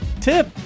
tip